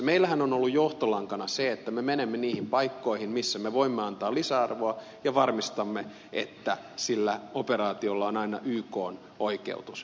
meillähän on ollut johtolankana se että me menemme niihin paikkoihin missä me voimme antaa lisäarvoa ja varmistamme että sillä operaatiolla on aina ykn oikeutus